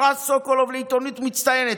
פרס סוקולוב לעיתונות מצטיינת,